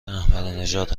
احمدینژاد